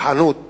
בכוחנות